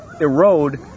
erode